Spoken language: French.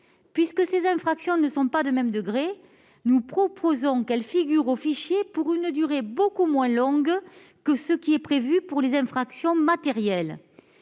puisque ces infractions ne sont pas de même degré, nous prévoyons qu'elles figurent au fichier pour une durée beaucoup moins longue que ce qui est prévu pour les infractions matérielles.